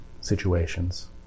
situations